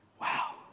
Wow